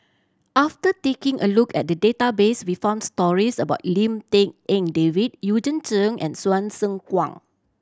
after taking a look at the database we found stories about Lim Tik En David Eugene Chen and Hsu Tse Kwang